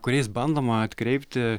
kuriais bandoma atkreipti